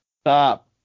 Stop